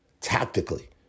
tactically